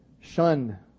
shun